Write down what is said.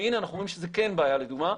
והינה, אנחנו רואים שזו כן בעיה, לדוגמה.